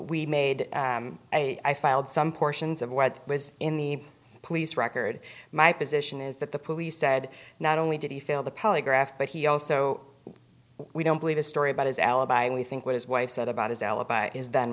we made a i filed some portions of what was in the police record my position is that the police said not only did he fail the polygraph but he also we don't believe the story about his alibi and we think what his wife said about his alibi is